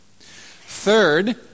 Third